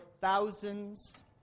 thousands